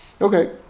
Okay